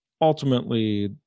ultimately